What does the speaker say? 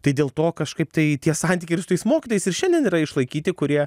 tai dėl to kažkaip tai tie santykiai ir su tais mokytojais ir šiandien yra išlaikyti kurie